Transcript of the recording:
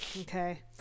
Okay